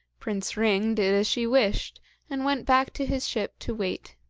prince ring did as she wished and went back to his ship to wait,